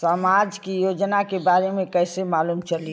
समाज के योजना के बारे में कैसे मालूम चली?